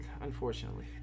unfortunately